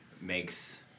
makes